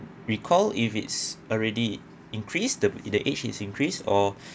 recall if it's already increase the the age is increased or